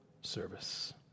service